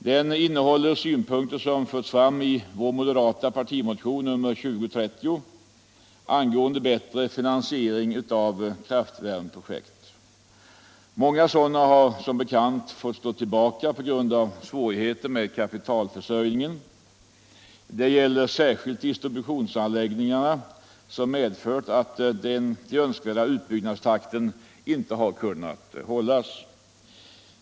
Den innehåller synpunkter som har förts fram i den moderata partimotionen 2030 angående bättre finansiering av kraftvärmeprojekt. Många sådana har som bekant fått stå tillbaka på grund av svårigheter med kapitalförsörjningen. Det gäller särskilt distributionsanläggningarna, vilket medfört att den önskvärda utbyggnadstakten inte har kunnat hållas.